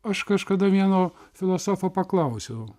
aš kažkada vieno filosofo paklausiau